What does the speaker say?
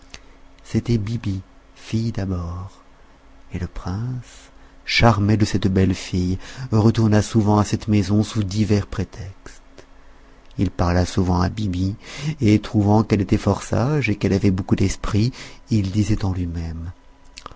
c'était biby fille d'abor et le prince charmé de cette belle fille retourna souvent à cette maison sous divers prétextes il parla souvent à biby et trouvant qu'elle était fort sage et qu'elle avait beaucoup d'esprit il disait en lui-même